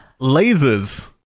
lasers